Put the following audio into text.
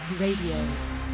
Radio